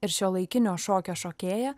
ir šiuolaikinio šokio šokėja